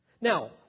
Now